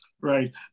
right